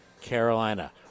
Carolina